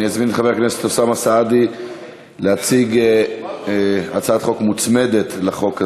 אני אזמין את חבר הכנסת אוסאמה סעדי להציג הצעת חוק מוצמדת להצעה הזאת,